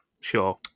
sure